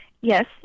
Yes